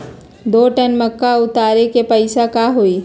दो टन मक्का उतारे के पैसा का होई?